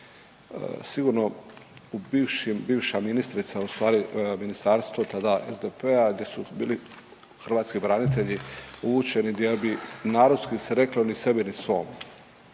Sigurno bivša ministrica u stvari, ministarstvo tada SDP-a gdje su bili hrvatski branitelji uvučeni, gdje bi narodski se reklo „ni sebi, ni svom“